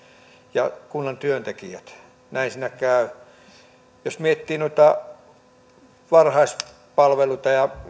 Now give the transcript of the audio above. ja kunnan työntekijät näin siinä käy jos miettii noita vanhuspalveluita ja